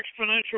exponential